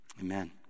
Amen